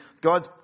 God's